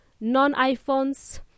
non-iPhones